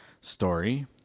Story